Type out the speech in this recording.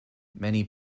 many